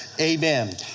Amen